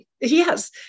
Yes